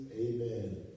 amen